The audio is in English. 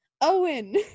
Owen